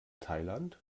thailand